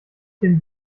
dem